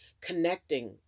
Connecting